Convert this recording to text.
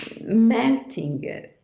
melting